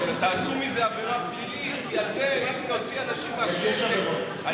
תעשו מזה עבירה פלילית ועל זה אנחנו נוציא אנשים מהכנסת על